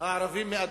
הערבים מאדמתם.